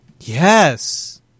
Yes